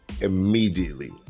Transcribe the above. immediately